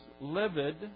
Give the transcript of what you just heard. livid